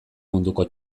munduko